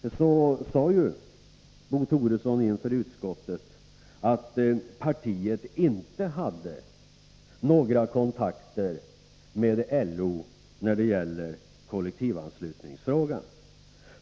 Bo Toresson sade ju inför utskottet att partiet inte hade några kontakter med LO när det gäller kollektivanslutningsfrågan.